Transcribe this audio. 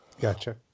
Gotcha